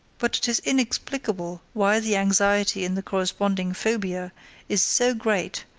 but it is inexplicable why the anxiety in the corresponding phobia is so great,